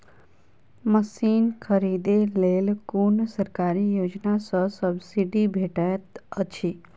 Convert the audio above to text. Machine खरीदे लेल कुन सरकारी योजना सऽ सब्सिडी भेटैत अछि?